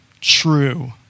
true